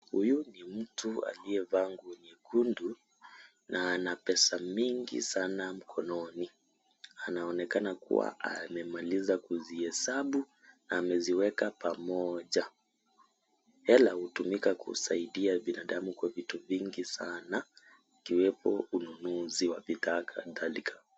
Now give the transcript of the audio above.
Huyu ni mtu aliyevaa nguo nyekundu na Ana pesa mingi sana mkononi, anaonekana kuwa amemaliza kuzihesabu na ameziweka pamoja. Hela hutumika kusaidia binadamu kwa vitu vingi sana, ikiwepo ununuzi wa bidhaa kadhalika.